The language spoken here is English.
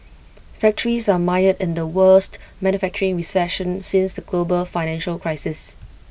factories are mired in the worst manufacturing recession since the global financial crisis